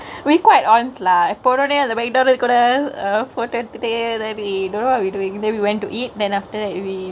we quite arms lah போனொன அந்த:ponone anthe main door குள்ள:kulle err photo எடுத்துட்டு:eduthuttu then we don't know what we doingk then we went to eat then after that we